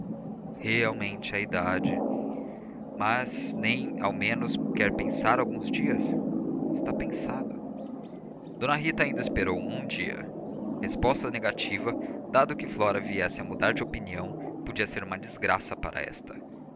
realmente a idade mas nem ao menos quer pensar alguns dias está pensado d rita ainda esperou um dia a resposta negativa dado que flora viesse a mudar de opinião podia ser uma desgraça para esta